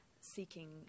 seeking